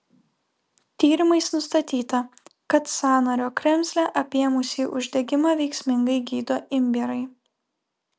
tyrimais nustatyta kad sąnario kremzlę apėmusį uždegimą veiksmingai gydo imbierai